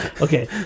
okay